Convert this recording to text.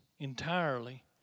Entirely